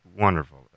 wonderful